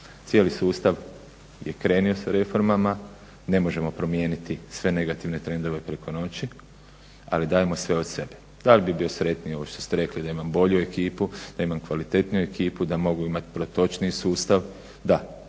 Cijeli sustav je krenuo sa reformama, ne možemo promijeniti sve negativne trendove preko noći, ali dajemo sve od sebe. Dal' bih bio sretniji kao što ste rekli, da imam bolju ekipu, da imam kvalitetniju ekipu, da mogu imat protočniji sustav. Da,